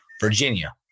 Virginia